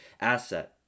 asset